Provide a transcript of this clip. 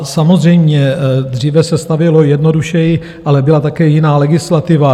Samozřejmě, dříve se stavělo jednodušeji, ale byla také jiná legislativa.